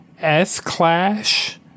S-Clash